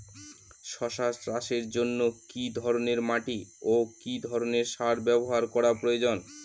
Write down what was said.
শশা চাষের জন্য কি ধরণের মাটি ও কি ধরণের সার ব্যাবহার করা প্রয়োজন?